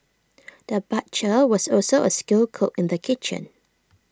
the butcher was also A skilled cook in the kitchen